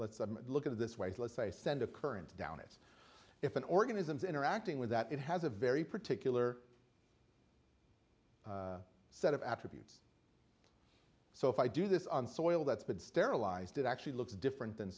let's look at it this way is less a send occurrence down it's if an organism is interacting with that it has a very particular set of attributes so if i do this on soil that's been sterilized it actually looks different than